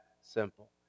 simple